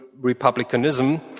republicanism